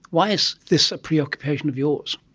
why is this a preoccupation of yours?